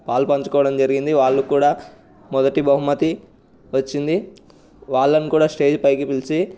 పాలుపంచుకోవడం జరిగింది వాళ్లు కూడా మొదటి బహుమతి వచ్చింది వాళ్లను కూడా స్టేజి పైకి పిలిచి